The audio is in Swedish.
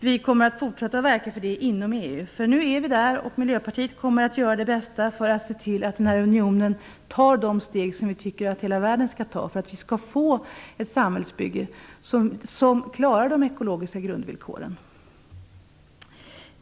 Vi kommer att fortsätta verka för det inom EU, för nu är vi där, och Miljöpartiet kommer att göra sitt bästa för att se till att unionen tar de steg som vi tycker att hela världen skall ta för att vi skall få ett samhällsbygge som klarar de ekologiska grundvillkoren.